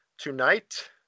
Tonight